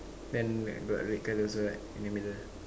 then got red colour also right in the middle